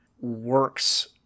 works